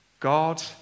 God